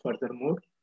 furthermore